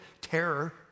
terror